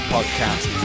Podcast